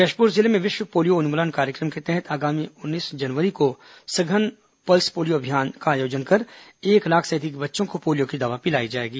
जशपूर जिले में विश्व पोलियो उन्मूलन कार्यक्रम के तहत आगामी उन्नीस जनवरी को सघन पल्प पोलियो अभियान का आयोजन कर एक लाख से अधिक बच्चों को पोलियो की दवा पिलाई जाएगी